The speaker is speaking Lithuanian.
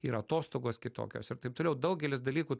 ir atostogos kitokios ir taip toliau daugelis dalykų